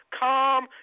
calm